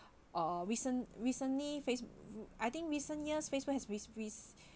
uh recent recently facebook I think recent years facebook has risk risk